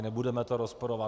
Nebudeme to rozporovat.